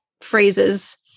phrases